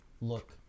look